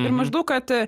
ir maždaug kad